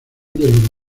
del